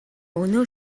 өнөө